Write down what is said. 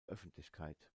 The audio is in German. öffentlichkeit